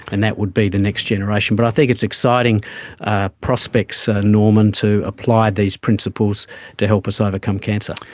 and that would be the next generation. but i think it's exciting prospects, norman, to apply these principles to help us overcome cancer.